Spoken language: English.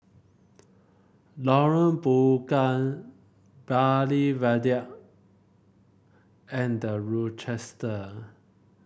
Lorong Bunga Bartley Viaduct and The Rochester